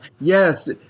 Yes